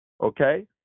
Okay